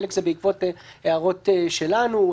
חלק זה בעקבות הערות שלנו,